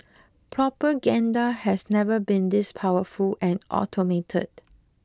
propaganda has never been this powerful and automated